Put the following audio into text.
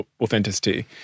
authenticity